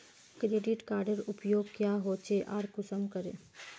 Credit कार्डेर उपयोग क्याँ होचे आर कुंसम करे?